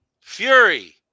Fury